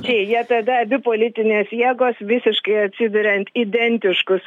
deja tada abi politinės jėgos visiškai atsiveria identiškus